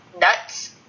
nuts